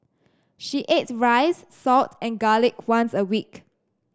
she ate rice salt and garlic once a week